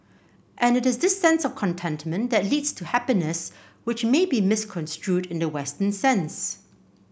and it is this sense of contentment that leads to happiness which may be misconstrued in the western sense